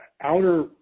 outer